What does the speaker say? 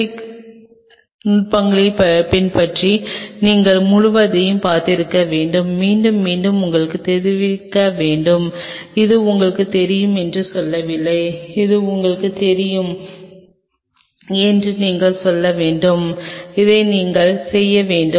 aseptic நுட்பங்களைப் பின்பற்றி நீங்கள் முழுவதையும் பார்த்திருக்க வேண்டும் மீண்டும் மீண்டும் உங்களுக்குத் தெரிந்திருக்க வேண்டும் இது உங்களுக்குத் தெரியும் என்று சொல்லவில்லை இது உங்களுக்குத் தெரியும் என்று நீங்கள் சொல்ல வேண்டும் இதை நீங்கள் செய்ய வேண்டும்